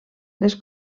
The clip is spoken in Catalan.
les